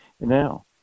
Now